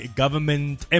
government